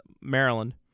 Maryland